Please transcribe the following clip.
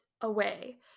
away